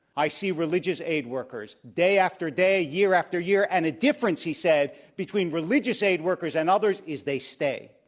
i see religious aid workers, day after day, year after year, and the difference, he said, between religious aid workers and others is they stay.